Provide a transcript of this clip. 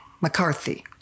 McCarthy